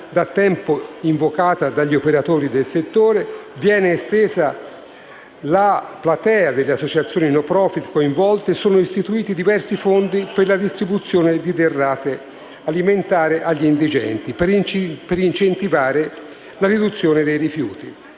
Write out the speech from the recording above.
da tempo invocata dagli operatori del settore. Viene estesa la platea delle associazioni *non profit* coinvolte e sono istituiti diversi fondi per la distribuzione di derrate alimentari agli indigenti per incentivare la riduzione dei rifiuti.